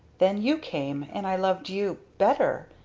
then you came and i loved you better!